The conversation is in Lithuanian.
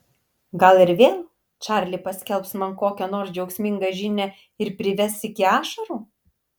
gal ir vėl čarli paskelbs man kokią nors džiaugsmingą žinią ir prives iki ašarų